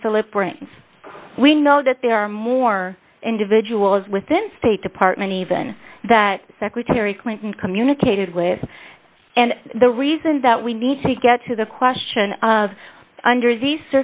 philip we know that there are more individuals within state department even that secretary clinton communicated with and the reason that we need to get to the question of under these